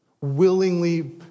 willingly